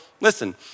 listen